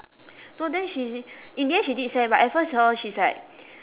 no then she in the end she did send but at first hor she's like